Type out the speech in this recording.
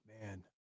man